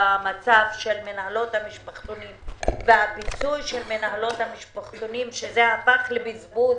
המצב של מנהלות המשפחתונים והפיצוי שלהן וזה הפך לבזבוז